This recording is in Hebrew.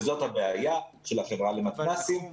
וזאת הבעיה של החברה למתנ"סים.